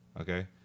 okay